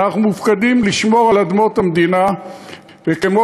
אנחנו מופקדים לשמור על אדמות המדינה וכמו